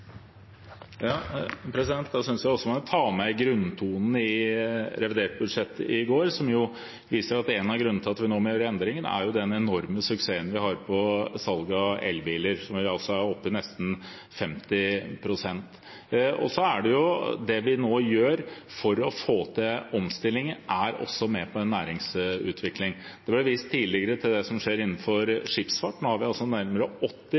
jeg også man må ta med grunntonen i revidert budsjett i går, som viser at en av grunnene til at vi nå må gjøre endringer, er den enorme suksessen vi har med salg av elbiler, som altså er oppe i nesten 50 pst. Det vi nå gjør for å få til omstilling, fører også til næringsutvikling. Det ble tidligere vist til det som skjer innenfor skipsfart. Nå har vi mer enn 80